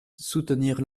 soutenir